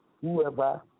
whoever